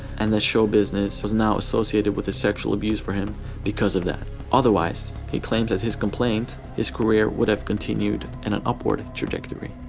and the show business was now associated with the sexual abuse for him because of that. otherwise, he claimed in his complaint, his career would have continued in an upward trajectory.